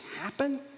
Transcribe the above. happen